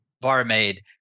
barmaid